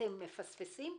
אתם מפספסים פה.